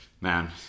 Man